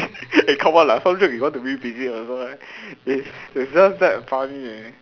eh come on lah some joke we want to revisit also right it it's just that funny eh